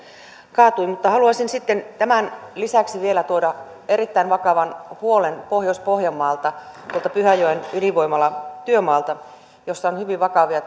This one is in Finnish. kaatui haluaisin sitten tämän lisäksi vielä tuoda erittäin vakavan huolen pohjois pohjanmaalta tuolta pyhäjoen ydinvoimalatyömaalta jossa on hyvin